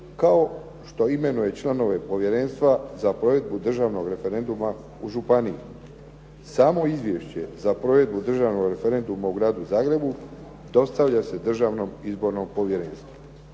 kao što imenuje članove povjerenstva za provedbu državnog referenduma u županiji. Samo izvješće za provedbu državnog referenduma u Gradu Zagrebu, dostavlja se državnom izbornom povjerenstvu.